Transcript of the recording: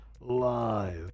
Live